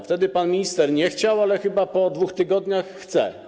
Wtedy pan minister nie chciał, ale chyba po 2 tygodniach znowu chce.